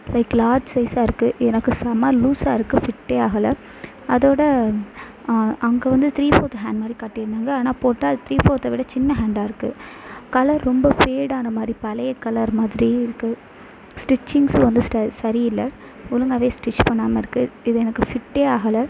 like large சைஸாக இருக்கு எனக்கு செம்ம லூஸாக இருக்கு ஃபிட்டே ஆகலை அதோடு அங்கே வந்து த்ரீ ஃபோர்த் ஹேண்ட் மாதிரி காட்டியிருந்தாங்க ஆனால் போட்டால் அது த்ரீ ஃபோர்த்தை விட சின்ன ஹேண்டாக இருக்கு கலர் ரொம்ப ஃபேடான மாதிரி பழைய கலர் மாதிரியும் இருக்கு ஸ்டிச்சிங்ஸும் வந்து சரி இல்லை ஒழுங்காகவே ஸ்டிச் பண்ணாமல் இருக்கு இது எனக்கு ஃபிட்டே ஆகலை